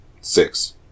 Six